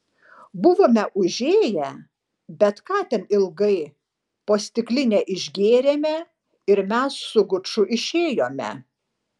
buvome užėję bet ką ten ilgai po stiklinę išgėrėme ir mes su guču išėjome